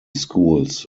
schools